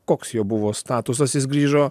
koks jo buvo statusas jis grįžo